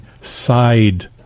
side